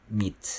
meat